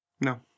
No